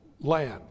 land